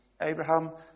Abraham